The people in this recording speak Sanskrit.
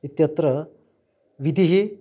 इत्यत्र विधिः